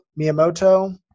Miyamoto